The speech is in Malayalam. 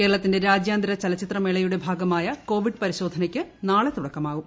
കേരളത്തിന്റെ രാജ്യാന്തര ചലച്ചിത്രമേളയുടെ ഭാഗമായ കോവിഡ് പരിശോധനയ്ക്ക് നാളെ തുടക്കമാകും